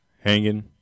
hanging